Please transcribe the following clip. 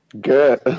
Good